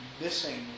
missing